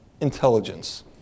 intelligence